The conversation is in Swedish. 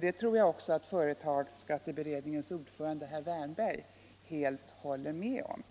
Det tror jag också att företagsskatteberedningens ordförande herr Wärnberg helt håller med om.